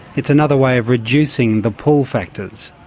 it's another way of reducing the pull factors.